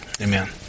Amen